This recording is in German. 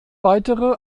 weitere